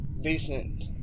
decent